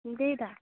त्यही त